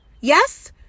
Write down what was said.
Yes